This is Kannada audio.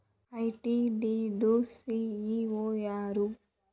ಐ.ಟಿ.ಡಿ ದು ಸಿ.ಇ.ಓ ಯಾರು?